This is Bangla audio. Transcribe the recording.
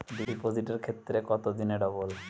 ডিপোজিটের ক্ষেত্রে কত দিনে ডবল?